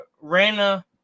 Rana